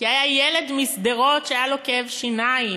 כי היה ילד משדרות שהיה לו כאב שיניים.